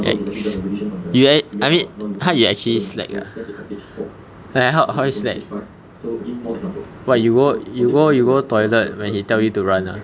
!yikes! you act~ I mean !huh! you actually slack ah like how how slack !wah! you go you go you go toilet when he tell you to run ah